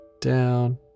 down